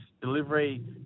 delivery